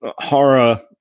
Hara